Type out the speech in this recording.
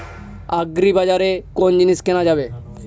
আগ্রিবাজারে কোন জিনিস কেনা যাবে?